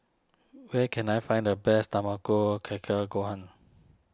where can I find the best Tamago Kake Gohan